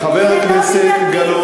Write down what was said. חבר הכנסת גילאון,